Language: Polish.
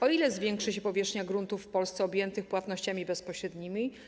O ile zwiększy się powierzchnia gruntów w Polsce objętych płatnościami bezpośrednimi?